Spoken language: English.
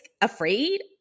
afraid